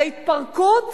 על ההתפרקות